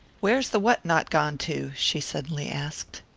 where's the what-not gone to? she suddenly asked.